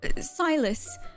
Silas